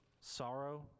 sorrow